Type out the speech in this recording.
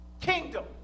kingdom